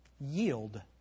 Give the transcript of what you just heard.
Yield